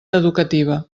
educativa